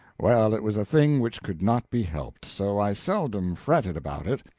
well, it was a thing which could not be helped, so i seldom fretted about it,